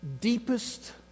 deepest